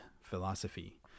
philosophy